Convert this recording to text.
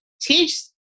teach